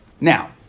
Now